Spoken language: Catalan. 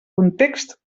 context